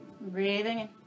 Breathing